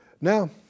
Now